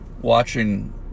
watching